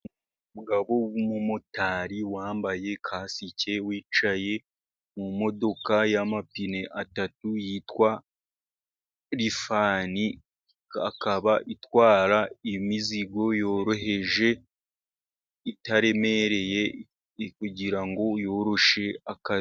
Umugabo w'umumotari wambaye kasike, wicaye mu modoka y'amapine atatu yitwa lifani, ikaba itwara imizigo yoroheje itaremereye, kugira ngo yoroshye akazi.